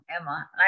Emma